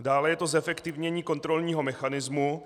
Dále je to zefektivnění kontrolního mechanismu.